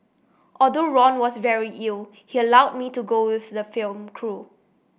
although Ron was very ill he allowed me to go with the film crew